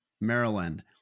maryland